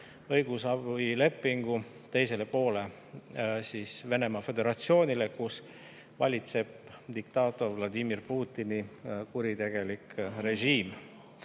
õigusabilepingu teisele poolele, Venemaa Föderatsioonile, kus valitseb diktaator Vladimir Putini kuritegelik režiim.